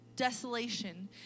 Desolation